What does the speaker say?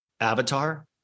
avatar